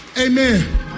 amen